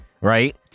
right